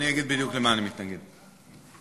גם אתה מתנגד למס חברות?